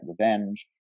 revenge